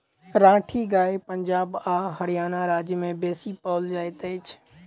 राठी गाय पंजाब आ हरयाणा राज्य में बेसी पाओल जाइत अछि